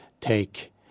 Take